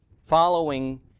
following